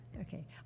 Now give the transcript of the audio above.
okay